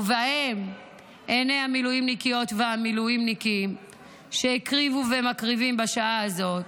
ובהן עיניי המילואימניקיות והמילואימניקים שהקריבו ומקריבים בשעה הזאת,